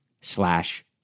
slash